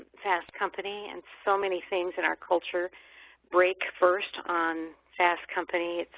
fast company and so many things in our culture break first on fast company.